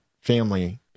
family